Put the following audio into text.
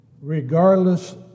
regardless